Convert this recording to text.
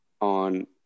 on